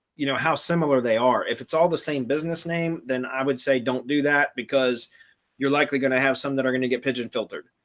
you know how similar they are. if it's all the same business name, then i would say don't do that, because you're likely going to have some that are going to get pigeon filtered.